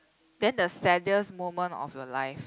then the saddest moment of your life